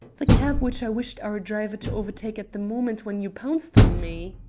the cab which i wished our driver to overtake at the moment when you pounced on me.